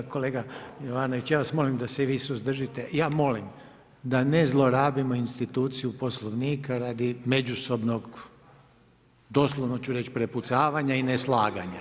Kolega Jovanović ja vas molim da se i vi suzdržite, ja molim da ne zlorabimo instituciju poslovnika radi međusobnog doslovno ću reći prepucavanja i neslaganja.